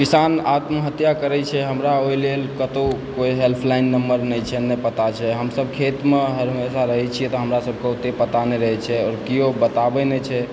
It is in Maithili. किसान आत्महत्या करै छै हमरा ओहिलेल कतहुँ कोनो हेल्पलाइन नम्बर नहि छै नहि पता छै हम सब खेतमे हर हमेशा रहै छियै तऽ हमरा सभकेँ ओतए पता नहि रहैत छै केओ बताबैत नहि छै